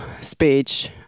speech